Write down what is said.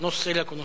(אומר